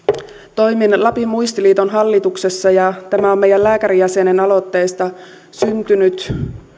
toimin lapin muistiliiton hallituksessa ja tämä on meidän lääkärijäsenemme aloitteesta syntynyt